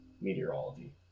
meteorology